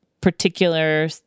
particular